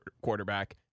quarterback